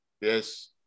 yes